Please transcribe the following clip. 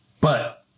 But-